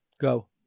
Go